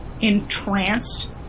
entranced